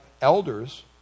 elders